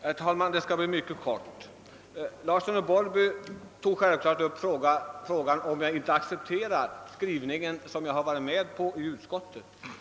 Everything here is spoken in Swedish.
Herr talman! Jag skall fatta mig mycket kort. Herr Larsson i Borrby tog upp frågan om jag inte accepterar den skrivning jag varit med om i utskottet.